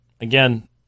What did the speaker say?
again